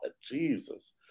Jesus